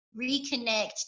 reconnect